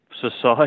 society